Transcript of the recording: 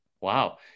Wow